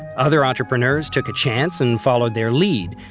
other entrepreneurs took a chance and followed their lead,